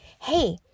hey